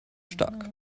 stark